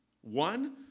One